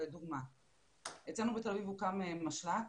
לדוגמה אצלנו בתל אביב הוקם משל"ט,